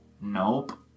Nope